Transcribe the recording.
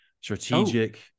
strategic